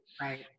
Right